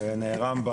ונערם.